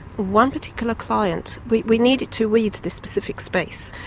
one particular client, we we needed to weed this specific space,